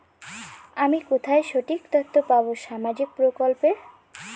আমি কোথায় সঠিক তথ্য পাবো সামাজিক প্রকল্পের?